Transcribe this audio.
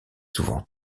souvent